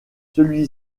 celui